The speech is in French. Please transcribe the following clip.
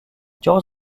georg